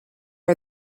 are